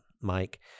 Mike